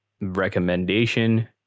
Recommendation